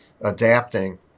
adapting